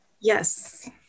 Yes